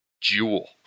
Jewel